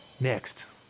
Next